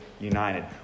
united